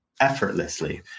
effortlessly